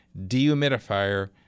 dehumidifier